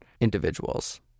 individuals